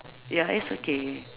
ya it's okay